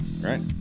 Right